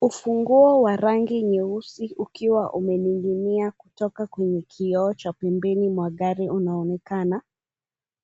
Ufunguo wa rangi nyeusi ukiwa umening'inia kutoka kwenye kioo cha ukumbini mwa gari unaonekana.